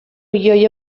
milioi